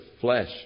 flesh